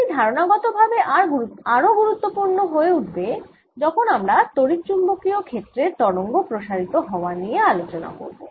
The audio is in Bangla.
এটি ধারণাগত ভাবে আর গুরুত্বপুর্ন হয়ে উঠবে যখন আমরা তড়িৎচুম্বকীয় ক্ষেত্রের তরঙ্গ প্রসারিত হওয়া নিয়ে আলোচনা করব